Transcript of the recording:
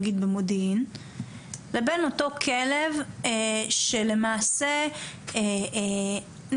נגיד במודיעין לבין אותו כלב שלמעשה נתפס,